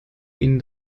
ihnen